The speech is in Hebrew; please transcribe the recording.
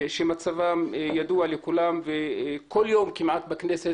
שמצבם ידוע לכולם וכל יום כמעט בכנסת